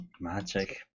Magic